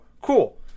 cool